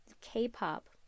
K-pop